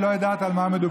היא לא יודעת על מה מדובר.